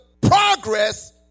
progress